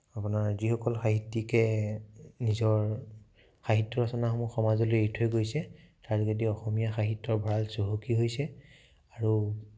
আপোনাৰ যিসকল সাহিত্যিকে নিজৰ সাহিত্য ৰচনাসমূহ নিজলৈ এৰি থৈ গৈছে তাৰ যোগেদি অসমীয়া সাহিত্যৰ ভঁৰাল চহকী হৈছে আৰু